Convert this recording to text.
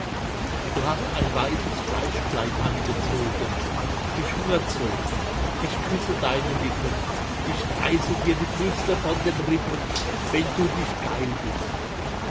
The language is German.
du hast ein weißes fleischkleid angezogen mich hungert so ich küsse deine lippen ich reiße dir die brüste von den rippen wenn du nicht geil bist